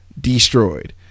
Destroyed